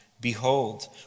behold